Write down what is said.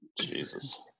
jesus